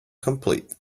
complete